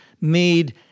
made